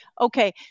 Okay